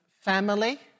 family